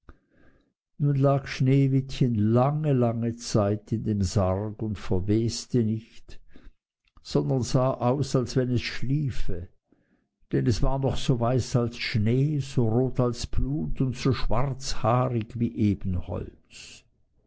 nun lag sneewittchen lange lange zeit in dem sarg und verweste nicht sondern sah aus als wenn es schliefe denn es war noch so weiß als schnee so rot als blut und so schwarzhaarig wie ebenholz